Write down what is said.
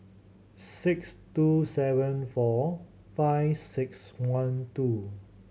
six two seven four five six one two